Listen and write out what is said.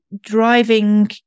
driving